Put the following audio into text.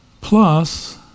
Plus